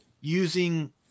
using